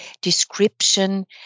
description